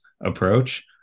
approach